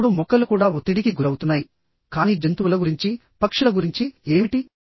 ఇప్పుడు మొక్కలు కూడా ఒత్తిడికి గురవుతున్నాయి కానీ జంతువుల గురించి పక్షుల గురించి ఏమిటి